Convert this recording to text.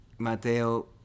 Matteo